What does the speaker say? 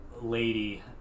lady